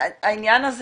העניין הזה